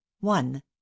One